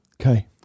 Okay